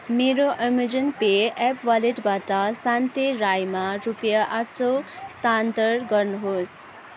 मेरो Amazon pay app वालेटबाट सान्ते राईमा रुपियाँ आठ सय स्थानान्तर गर्नुहोस्